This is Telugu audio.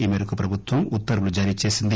ఈ మేరకు ప్రభుత్వం ఉత్తర్వులు జారీచేసింది